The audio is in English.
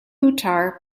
uttar